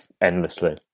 endlessly